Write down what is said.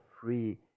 free